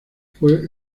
fue